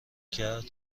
کرد